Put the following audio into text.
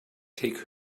take